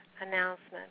announcement